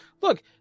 Look